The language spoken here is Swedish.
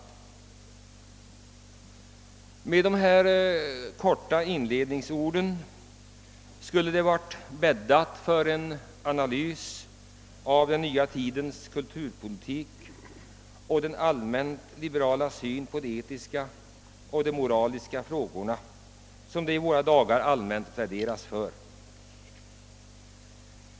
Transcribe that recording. Efter dessa få inledningsord skulle det ha varit bäddat för en analys av den nya tidens kulturpolitik och den allmänt liberala syn på de etiska och moraliska frågorna som det i våra dagar pläderas för.